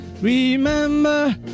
Remember